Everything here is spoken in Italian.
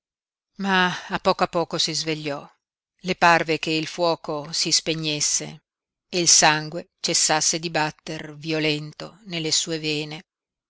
ma a poco a poco si svegliò le parve che il fuoco si spegnesse e il sangue cessasse di batter violento nelle sue vene